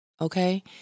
Okay